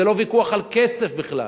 זה לא ויכוח על כסף בכלל,